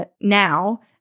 now